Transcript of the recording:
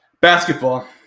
Basketball